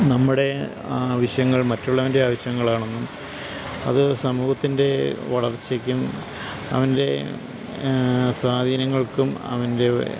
നമ്മുടെ ആവശ്യങ്ങൾ മറ്റുള്ളവൻ്റെ ആവശ്യങ്ങളാണെന്നും അതു സമൂഹത്തിൻ്റെ വളർച്ചയ്ക്കും അവൻ്റെ സ്വാധീനങ്ങൾക്കും അവൻ്റെ